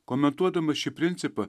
komentuodamas šį principą